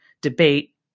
debate